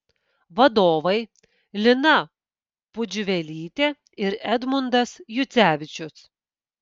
vadovai lina pudžiuvelytė ir edmundas jucevičius